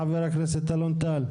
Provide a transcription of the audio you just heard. חבר הכנסת אלון טל?